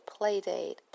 Playdate